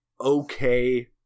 okay